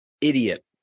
Idiot